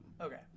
Okay